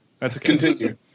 Continue